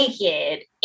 naked